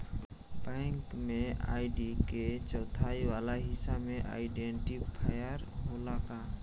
Bank में ID के चौथाई वाला हिस्सा में आइडेंटिफैएर होला का?